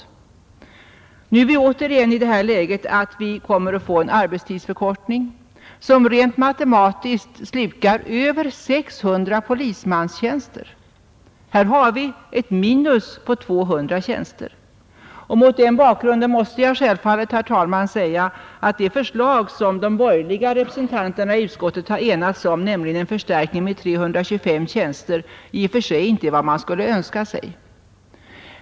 Vi befinner oss emellertid åter i dag i det läget att vi kommer att få en arbetstidsförkortning, som rent matematiskt slukar över 600 polismanstjänster. Här har vi alltså ett minus på 200 tjänster. Mot den bakgrunden måste jag självfallet, herr talman, säga, att det förslag som de borgerliga representanterna i utskottet enats om, en förstärkning med 325 tjänster, i och för sig inte är vad man skulle önska sig.